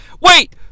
Wait